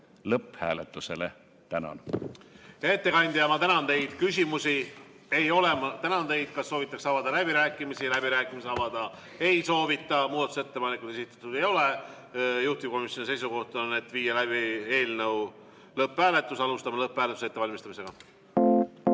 lõpphääletusele. Tänan! Hea ettekandja, ma tänan teid. Küsimusi ei ole. Tänan teid. Kas soovitakse avada läbirääkimisi? Läbirääkimisi avada ei soovita, muudatusettepanekuid esitatud ei ole ja juhtivkomisjoni seisukoht on viia läbi eelnõu lõpphääletus. Alustame lõpphääletuse ettevalmistamist. Panen